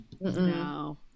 No